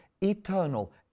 eternal